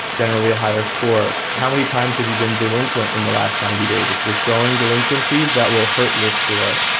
generally a higher score how many times have you been delinquent in the last ninety days? if you're showing delinquencies, that will hurt your score.